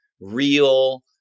real